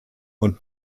und